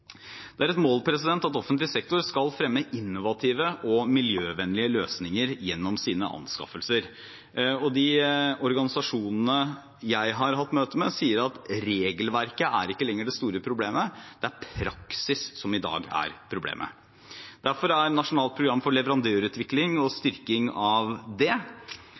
Det er et mål at offentlig sektor skal fremme innovative og miljøvennlige løsninger gjennom sine anskaffelser. De organisasjonene jeg har hatt møte med, sier at regelverket ikke lenger er det store problemet. Det er praksisen som i dag er problemet. Derfor er Nasjonalt program for leverandørutvikling og styrking av det